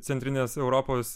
centrinės europos